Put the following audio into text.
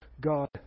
God